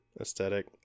aesthetic